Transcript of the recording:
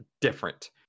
different